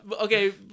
okay